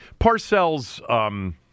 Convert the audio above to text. Parcells